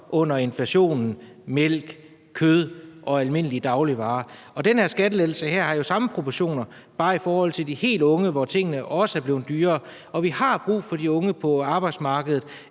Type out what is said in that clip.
er ting som mælk, kød og almindelige dagligvarer. Den her skattelettelse har jo samme proportioner, bare i forhold til de helt unge, for hvem tingene også er blevet dyrere. Og vi har brug for de unge på arbejdsmarkedet,